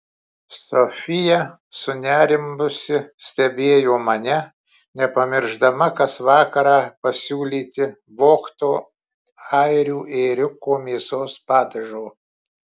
sofija sunerimusi stebėjo mane nepamiršdama kas vakarą pasiūlyti vogto airių ėriuko mėsos padažo